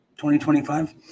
2025